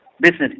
business